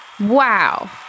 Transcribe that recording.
Wow